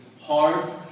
hard